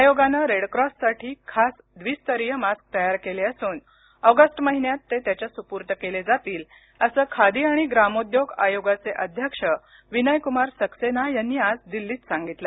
आयोगानं रेडक्रॉससाठी खास द्विस्तरीय मास्क तयार केले असून ऑगस्ट महिन्यात ते त्याच्या सुपूर्द केले जातील असं खादी आणि ग्रामोद्योग आयोगाचे अध्यक्ष विनयकुमार सक्सेना यांनी आज दिल्लीत सांगितलं